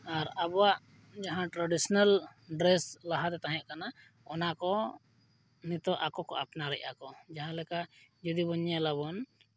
ᱟᱨ ᱟᱵᱚᱣᱟᱜ ᱡᱟᱦᱟᱸ traditional dress ᱞᱟᱦᱟᱛᱮ ᱛᱟᱦᱮᱸᱠᱟᱱᱟ ᱚᱱᱟ ᱠᱚ ᱱᱤᱛᱳᱜ ᱟᱠᱚ ᱠᱚ ᱟᱯᱱᱟᱨ ᱮᱫᱟ ᱠᱚ ᱡᱟᱦᱟᱸᱞᱮᱠᱟ ᱡᱩᱫᱤᱵᱚᱱ ᱧᱮᱞᱟᱵᱚᱱ